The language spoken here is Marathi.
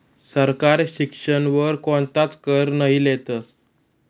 सरकार शिक्षण वर कोणताच कर नही लेतस